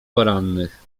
porannych